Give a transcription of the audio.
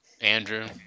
Andrew